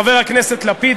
חבר הכנסת לפיד,